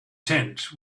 tent